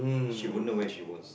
she wouldn't know where she was